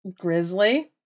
grizzly